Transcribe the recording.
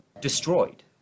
destroyed